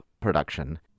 production